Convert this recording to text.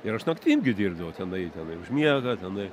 ir aš naktim gi dirbdavau tenai tenai užmiega tenai